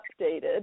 updated